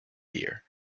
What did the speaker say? year